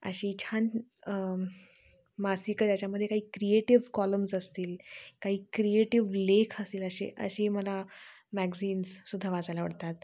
अशी छान मासिकं ज्याच्यामध्ये काय क्रिएटिव्ह कॉलम्स असतील काही क्रिएटिव्ह लेख असतील असे अशी मला मॅगझिन्स सुद्धा वाचायला आवडतात